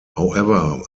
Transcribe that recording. however